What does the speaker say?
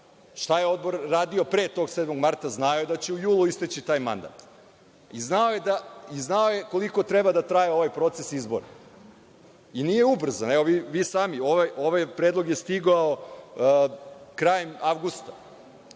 Šta je Odbor radio pre tog 7. marta? Znao je da će u julu isteći taj mandat i znao je koliko treba da traje ovaj proces izbora, i nije ubrzan. Evo, ovaj predlog je stigao krajem avgusta